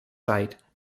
site